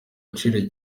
agaciro